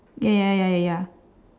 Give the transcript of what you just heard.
ya ya ya ya